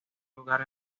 lugar